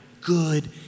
good